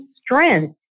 strength